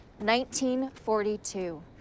1942